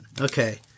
Okay